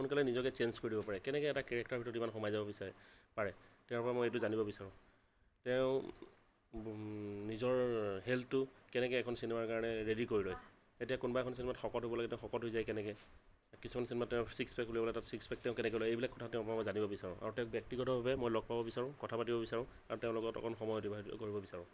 সোনকালে নিজকে চেইঞ্জ কৰি দিব পাৰে কেনেকৈ এটা কেৰেক্টাৰৰ ভিতৰত ইমান সোমাই যাব বিচাৰে পাৰে তেওঁৰ পৰা মই এইটো জানিব বিচাৰোঁ তেওঁ নিজৰ হেল্থটো কেনেকে এখন চিনেমাৰ কাৰণে ৰেডী কৰি লয় এতিয়া কোনোবা এখন চিনেমাত শকত হ'ব লাগে তেওঁ শকত হৈ যায় কেনেকৈ কিছুমান চিনেমাত তেওঁৰ ছিক্স পেক উলিয়াব লাগে তেওঁ ছিক্স পেক কেনেকৈ উলিয়ায় এইবিলাক মই তেওঁৰ পৰা মই জানিব বিচাৰোঁ আৰু তেওঁক ব্যক্তিগতভাৱে মই লগ পাব বিচাৰোঁ কথা পাতিব বিচাৰোঁ আৰু তেওঁৰ লগত অকণ সময় অতিবাহিত কৰিব বিচাৰোঁ